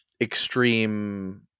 extreme